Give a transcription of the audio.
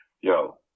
yo